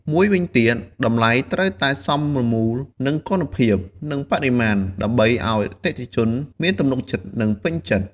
មួយវិញទៀត តម្លៃត្រូវតែសមមូលនឹងគុណភាព និងបរិមាណ ដើម្បីធ្វើឱ្យអតិថិជនមានទំនុកចិត្ត និងពេញចិត្ត។